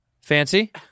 Fancy